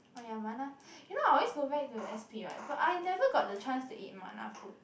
oh yeah ma-la you know I always go back to s_p right but I never got the chance to eat ma-la food